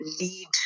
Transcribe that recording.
lead